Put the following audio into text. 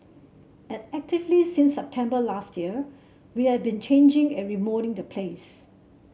and actively since September last year we have been changing and remoulding the place